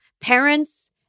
parents